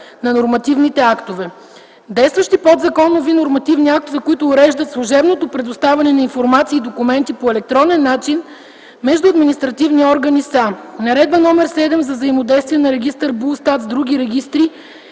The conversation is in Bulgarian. на нормативните актове. Действащи подзаконови нормативни актове, които уреждат служебното предоставяне на информация и документи по електронен начин между административни органи, са: Наредба № 7 за взаимодействието на регистър Булстат с други регистри